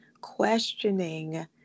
questioning